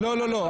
לא, לא, לא.